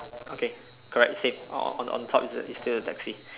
okay correct same on on top is is still the taxi